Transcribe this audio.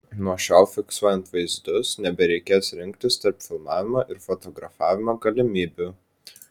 nuo šiol fiksuojant vaizdus nebereikės rinktis tarp filmavimo ir fotografavimo galimybių